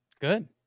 good